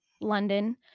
London